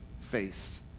face